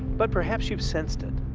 but perhaps you've sensed it.